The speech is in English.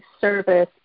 service